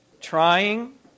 trying